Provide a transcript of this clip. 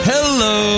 Hello